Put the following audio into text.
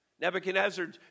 Nebuchadnezzar